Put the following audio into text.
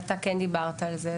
ואתה דיברת על זה,